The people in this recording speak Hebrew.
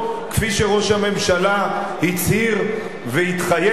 כפי שראש הממשלה הצהיר והתחייב.